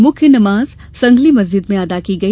मुख्य नमाज संगली मस्जिद में अदा की गई